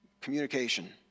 communication